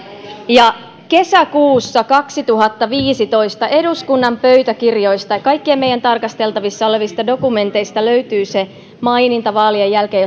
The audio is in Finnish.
ja kesäkuussa kaksituhattaviisitoista eduskunnan pöytäkirjoista ja kaikkien meidän tarkasteltavissa olevista dokumenteista löytyy se maininta vaalien jälkeen